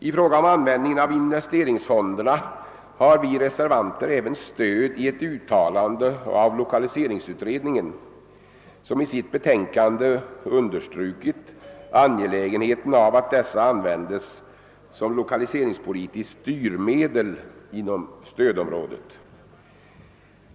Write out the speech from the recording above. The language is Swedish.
I fråga om användningen av investeringsfonderna har vi reservanter även stöd i ett uttalande av lokaliseringsutredningen, som i sitt betänkande understrukit angelägenheten av att dessa användes som lokaliseringspolitiskt styrmedel inom stödområdet.